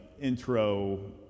intro